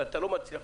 ואתה לא מצליח